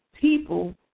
people